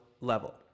level